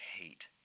hate